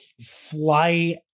fly